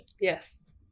Yes